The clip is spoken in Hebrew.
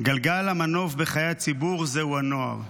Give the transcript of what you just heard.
"גלגל המנוף בחיי הציבור, זהו הנוער!